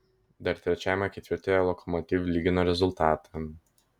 dar trečiajame ketvirtyje lokomotiv lygino rezultatą